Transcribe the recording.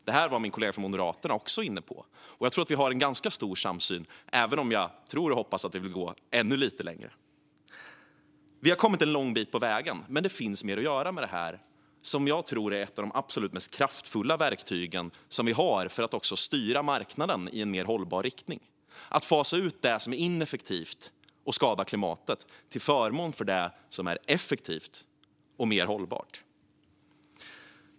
Detta var min kollega från Moderaterna också inne på, och jag tror att vi har en ganska stor samsyn, även om jag tror och hoppas att vi vill gå ännu lite längre. Vi har kommit en lång bit på vägen, men det finns mer att göra med detta, som jag tror är ett av de absolut mest kraftfulla verktyg vi har för att styra marknaden i en mer hållbar riktning. Det fasar ut det som är ineffektivt och skadar klimatet till förmån för det som är effektivt och mer hållbart.